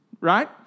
Right